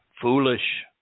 foolish